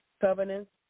covenants